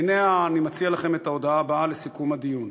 אני מציע לכם את ההודעה הבאה לסיכום הדיון: